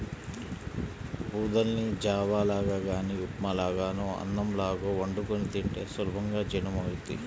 ఊదల్ని జావ లాగా గానీ ఉప్మా లాగానో అన్నంలాగో వండుకొని తింటే సులభంగా జీర్ణమవ్వుద్ది